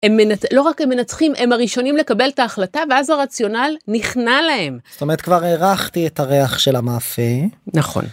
הם לא רק הם מנצחים, הם הראשונים לקבל את ההחלטה, ואז הרציונל נכנע להם. זאת אומרת, כבר הרחתי את הריח של המאפה. נכון.